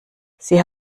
sie